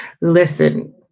Listen